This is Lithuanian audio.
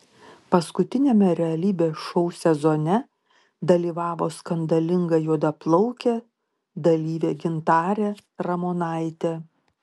paskutiniame realybės šou sezone dalyvavo skandalinga juodaplaukė dalyvė gintarė ramonaitė